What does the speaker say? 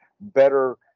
better